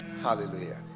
hallelujah